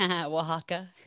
Oaxaca